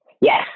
Yes